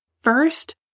First